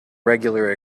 regular